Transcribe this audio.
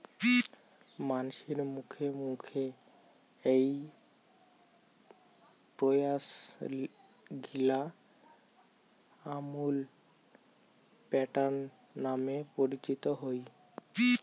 মানসির মুখে মুখে এ্যাই প্রয়াসগিলা আমুল প্যাটার্ন নামে পরিচিত হই